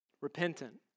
Repentant